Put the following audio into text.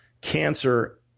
cancer